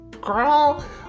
Girl